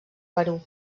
perú